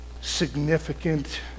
significant